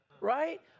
Right